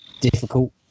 difficult